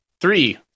Three